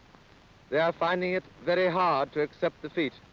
they are finding it very hard to accept defeat.